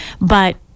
but-